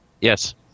Yes